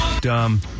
Dumb